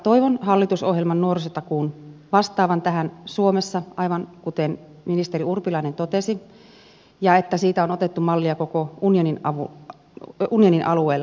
toivon hallitusohjelman nuorisotakuun vastaavan tähän suomessa aivan kuten ministeri urpilainen totesi samoin kuin sen että siitä on otettu mallia koko unionin alueella